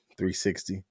360